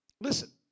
Listen